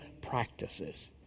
practices